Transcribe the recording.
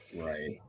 Right